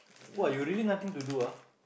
!wah! you really nothing to do ah